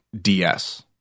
DS